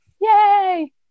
Yay